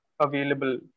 available